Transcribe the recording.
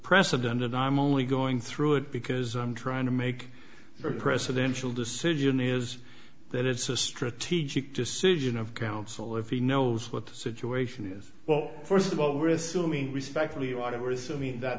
precedented i'm only going through it because i'm trying to make for a presidential decision is that it's a strategic decision of counsel if he knows what the situation is well first of all we're assuming respectfully